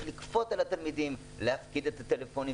לכפות על התלמידים להפקיד את הטלפונים,